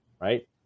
Right